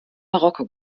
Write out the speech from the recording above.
marokko